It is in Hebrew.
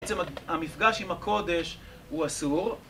בעצם המפגש עם הקודש הוא אסור